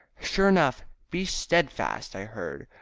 sure enough, be steadfast, i heard.